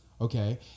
Okay